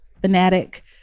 fanatic